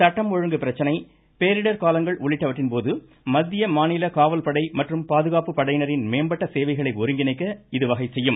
சட்டம் ஒழுங்கு பிரச்சனை பேரிடர் காலங்கள் உள்ளிட்டவற்றின் போது மத்திய மாநில காவல் படை மற்றும் பாதுகாப்பு படையினரின் மேம்பட்ட சேவைகளை ஒருங்கிணைக்க இது வகை செய்யும்